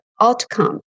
outcome